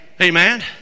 amen